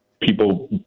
people